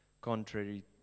contrary